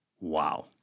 Wow